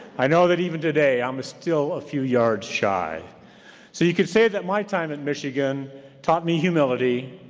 i know that even today i'm ah still a few yards shy, so you could say that my time at michigan taught me humility,